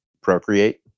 procreate